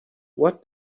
what